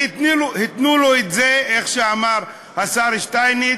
והתנו לו את זה, איך שאמר השר שטייניץ,